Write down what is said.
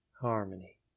harmony